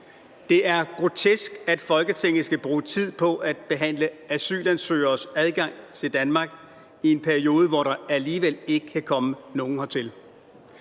Det er grotesk, at Folketinget skal bruge tid på at behandle asylansøgeres adgang til Danmark i en periode, hvor der alligevel ikke kan komme nogen hertil.